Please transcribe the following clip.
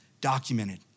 documented